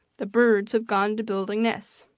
the birds have gone to building nests.